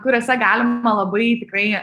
kuriose galima labai tikrai